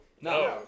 No